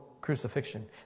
crucifixion